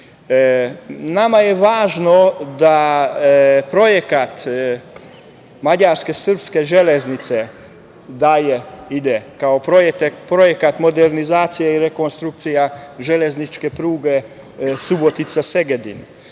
Nama je važno da projekat mađarsko-srpske železnice dalje ide kao projekat modernizacije i rekonstrukcija železničke pruge Subotica-Segedin,